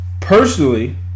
Personally